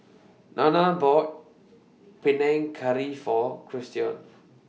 Nana bought Panang Curry For Christion